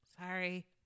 Sorry